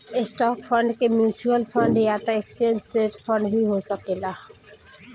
stock fund के mutual fund या त एक्सचेंज ट्रेड फंड भी हो सकेला